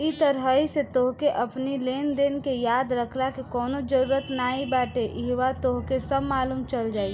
इ तरही से तोहके अपनी लेनदेन के याद रखला के कवनो जरुरत नाइ बाटे इहवा तोहके सब मालुम चल जाई